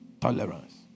Tolerance